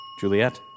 Juliet